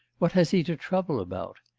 what has he to trouble about?